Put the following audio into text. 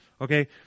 Okay